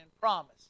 promise